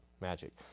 Magic